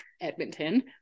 Edmonton